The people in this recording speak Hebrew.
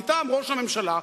מטעם ראש הממשלה,